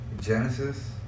genesis